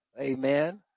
Amen